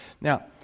Now